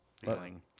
feeling